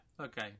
okay